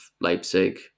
Leipzig